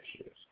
issues